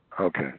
Okay